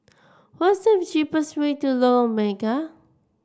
what's the cheapest way to Lorong Mega